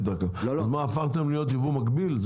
אז מה, הפכתם להיות יבוא מקביל?